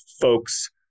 folks